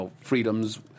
freedoms